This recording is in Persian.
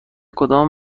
کدام